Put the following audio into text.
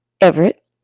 everett